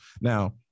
Now